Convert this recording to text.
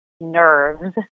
nerves